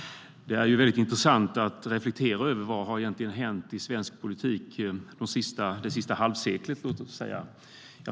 Det är ju intressant att reflektera över vad som har hänt i svensk politik under det senaste halvseklet.